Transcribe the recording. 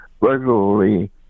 regularly